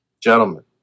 Gentlemen